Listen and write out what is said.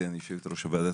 רייטן יושבת-ראש הוועדה.